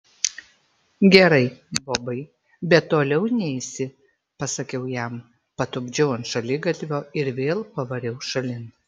gerai bobai bet toliau neisi pasakiau jam patupdžiau ant šaligatvio ir vėl pavariau šalin